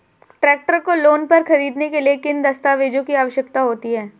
Tractor को loan पर खरीदने के लिए किन दस्तावेज़ों की आवश्यकता होती है?